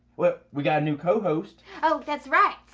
well, we got a new co-host. oh, that's right.